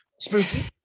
spooky